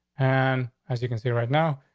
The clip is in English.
and as you can see, right now,